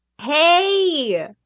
Hey